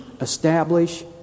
Establish